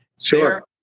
Sure